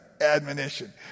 admonition